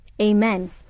Amen